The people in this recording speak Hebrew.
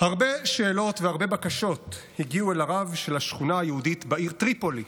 הרבה שאלות והרבה בקשות הגיעו אל הרב של השכונה היהודית בעיר טריפולי